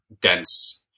dense